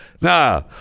Nah